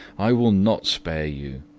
i will not spare you.